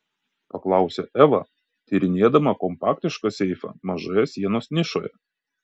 paklausė eva tyrinėdama kompaktišką seifą mažoje sienos nišoje